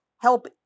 help